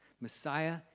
Messiah